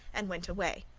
and went away.